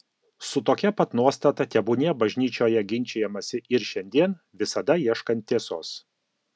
su tokia pat nuostata tebūnie bažnyčioje ginčijamasi ir šiandien visada ieškant tiesos